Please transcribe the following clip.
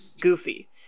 goofy